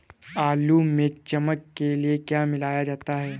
आलू में चमक के लिए क्या मिलाया जाता है?